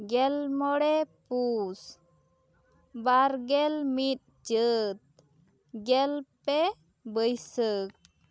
ᱜᱮᱞ ᱢᱚᱬᱮ ᱯᱩᱥ ᱵᱟᱨᱜᱮᱞ ᱢᱤᱫ ᱪᱟᱹᱛ ᱜᱮᱞ ᱯᱮ ᱵᱟᱹᱭᱥᱟᱹᱠ